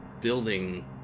building